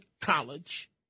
college